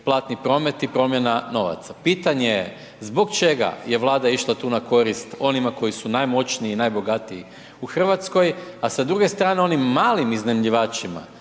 platni promet i promjena novaca. Pitanje zbog čega je Vlada išla tu na korist onima koji su najmoćniji i najbogatiji u Hrvatskoj, a sa druge strane onim malim iznajmljivačima,